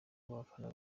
bafana